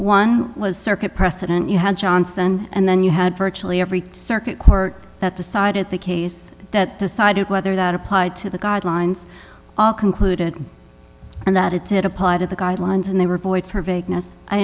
one was circuit precedent you had johnson and then you had virtually every circuit court that decided the case that decided whether that applied to the guidelines all concluded and that it it applied to the guidelines and they were